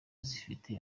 zifite